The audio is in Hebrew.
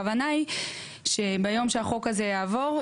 הכוונה היא שביום שהחוק הזה יעבור,